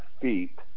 feet